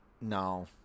No